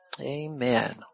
Amen